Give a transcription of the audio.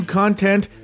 content